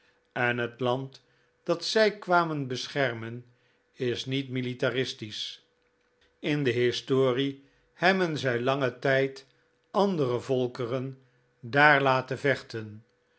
en het land dat zij kwamen beschermen is niet militairistisch in de historie hebben zij langen tijd andere volkeren daar laten vechten